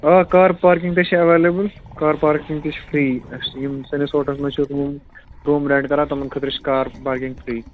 آ car parking تہِ چھِ ایویلیبٕل کار پارکِنٛگ تہِ چھِ فرٛی اَسہِ یِم سٲنِس ہوٹلس منٛز چھِ روٗم روٗم رٮ۪نٛٹ کَران تِمَن خٲطرٕ چھِ کار پارکِنٛگ فِرٛی